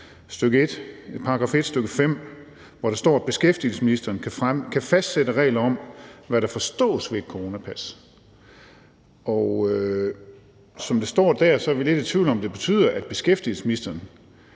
her § 1, stk. 5, hvor der står, at beskæftigelsesministeren kan fastsætte regler om, hvad der forstås ved et coronapas. Som det står der, er vi lidt i tvivl om, om det betyder, at beskæftigelsesministeren